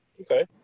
Okay